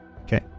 Okay